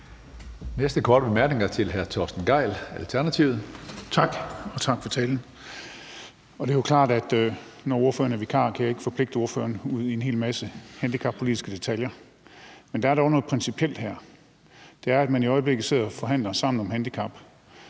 næste korte bemærkning til hr. Torsten Gejl, Alternativet. Kl. 17:25 Torsten Gejl (ALT): Tak. Og tak for talen. Det er jo klart, at når ordføreren er vikar, kan jeg ikke forpligte ordføreren udi en hel masse handicappolitiske detaljer, men der er dog noget principielt her, og det er, at man i øjeblikket sidder og forhandler sammen om handicap;